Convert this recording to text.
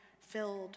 filled